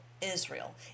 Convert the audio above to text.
Israel